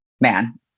man